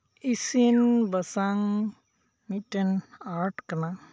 ᱤᱥᱤᱱ ᱵᱟᱥᱟᱝ ᱢᱤᱫᱴᱮᱱ ᱟᱨᱴ ᱠᱟᱱᱟ